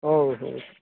ହଉ ହଉ